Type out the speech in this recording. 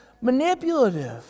manipulative